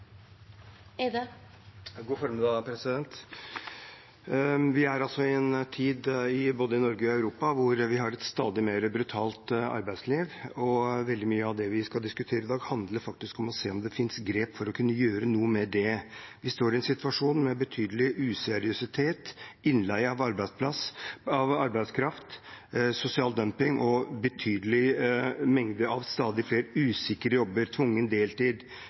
i en tid – både i Norge og i Europa – da vi har et stadig mer brutalt arbeidsliv. Veldig mye av det vi skal diskutere i dag, handler om å se om det finnes grep for å kunne gjøre noe med det. Vi står i en situasjon med betydelig useriøsitet, innleie av arbeidskraft, sosial dumping og en betydelig mengde av stadig flere usikre jobber, tvungen deltid,